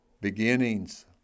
beginnings